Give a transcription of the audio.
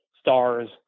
stars